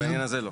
בעניין הזה לא.